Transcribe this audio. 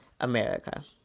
America